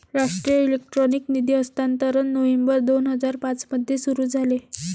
राष्ट्रीय इलेक्ट्रॉनिक निधी हस्तांतरण नोव्हेंबर दोन हजार पाँच मध्ये सुरू झाले